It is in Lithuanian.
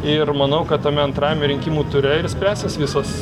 ir manau kad tame antrajame rinkimų ture ir spręsis visos